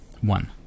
One